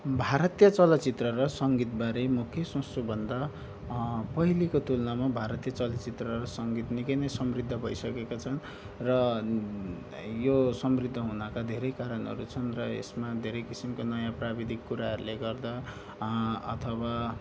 भारतीय चलचित्र र सङ्गीतबारे म के सोच्छु भन्दा पहिलेको तुलनामा भारतीय चलचित्र र सङ्गीत निकै नै समृद्ध भइसकेको छ र यो समृद्ध हुनाका धेरै कारणहरू छन् र यसमा धेरै किसिमका नयाँ प्राविधिक कुराहरूले गर्दा अथवा